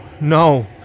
no